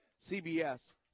CBS